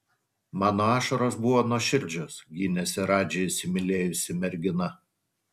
mano ašaros buvo nuoširdžios gynėsi radži įsimylėjusi mergina